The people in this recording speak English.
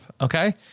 Okay